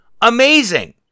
Amazing